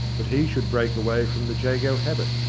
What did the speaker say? that he should break away from the jago habit,